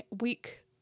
week